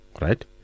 right